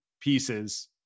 pieces